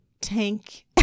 tank